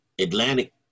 Atlantic